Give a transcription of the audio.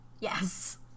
Yes